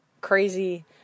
crazy